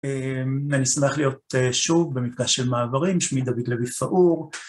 אני אשמח להיות שוב במפגש של מעברים, שמי דוד לוי פאור.